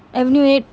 every week